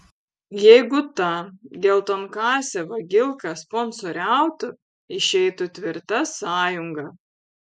jeigu ta geltonkasė vagilka sponsoriautų išeitų tvirta sąjunga